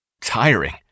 tiring